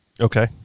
Okay